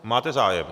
Máte zájem?